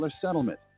settlement